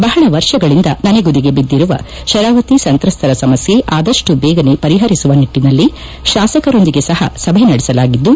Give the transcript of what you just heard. ಬಹಳ ವರ್ಷಗಳಿಂದ ನನೆಗುದಿಗೆ ಬಿದ್ದಿರುವ ಶರಾವತಿ ಸಂತ್ರಸ್ತರ ಸಮಸ್ಥೆ ಆದಪ್ಪು ಬೇಗನೇ ಪಂಪರಿಸುವ ನಿಟ್ಟಿನಲ್ಲಿ ತಾಸಕರೊಂದಿಗೆ ಸಹ ಸಭೆ ನಡೆಸಲಾಗಿದ್ದು